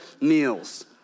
meals